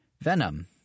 Venom